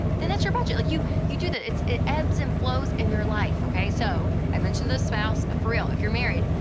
then that's your budget. like you you do that. it ebbs and flows in your life, okay? so, i mentioned the spouse. but for real, if you're married,